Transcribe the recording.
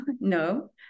No